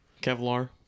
Kevlar